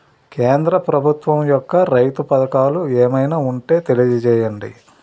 కేంద్ర ప్రభుత్వం యెక్క రైతు పథకాలు ఏమైనా ఉంటే తెలియజేయండి?